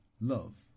love